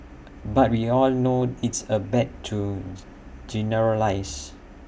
but we all know it's A bad to generalise